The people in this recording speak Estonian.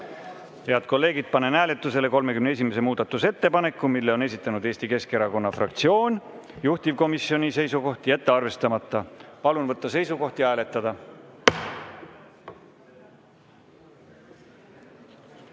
Head kolleegid, panen hääletusele 31. muudatusettepaneku. Selle on esitanud Eesti Keskerakonna fraktsioon. Juhtivkomisjoni seisukoht on jätta arvestamata. Palun võtta seisukoht ja hääletada!